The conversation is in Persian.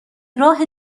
راه